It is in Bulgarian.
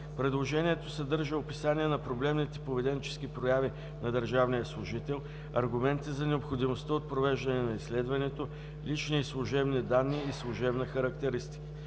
Предложението съдържа описание на проблемните поведенчески прояви на държавния служител, аргументи за необходимостта от провеждане на изследването, лични и служебни данни и служебна характеристика.